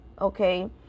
okay